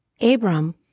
Abram